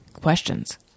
questions